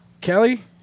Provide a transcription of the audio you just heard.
Kelly